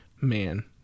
Man